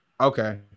Okay